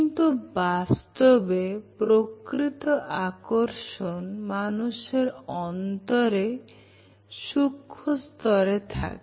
কিন্তু বাস্তবে প্রকৃত আকর্ষণ মানুষের অন্তরে সূক্ষ্ম স্তরে থাকে